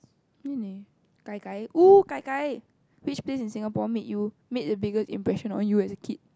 really gai-gai !oo! gai-gai which place in Singapore made you made the biggest impression on you as a kid